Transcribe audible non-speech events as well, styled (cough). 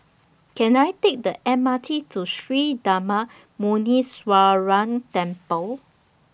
(noise) Can I Take The M R T to Sri Darma Muneeswaran Temple